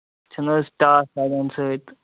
چھُنہٕ حظ ٹاس لگان سۭتۍ